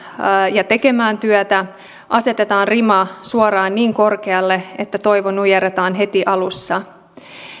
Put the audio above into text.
ja tekemään työtä me asetamme riman suoraan niin korkealle että toivo nujerretaan heti alussa